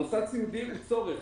מוסד סיעודי הוא צורך.